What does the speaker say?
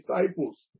disciples